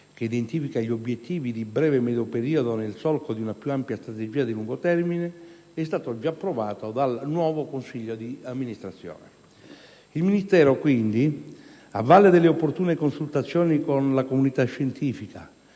che identifica gli obiettivi di breve-medio periodo nel solco di una più ampia strategia di lungo termine, è stato già approvato dal nuovo consiglio di amministrazione. Il Ministero, quindi, a valle delle opportune consultazioni con la comunità scientifica,